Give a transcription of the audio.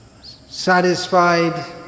satisfied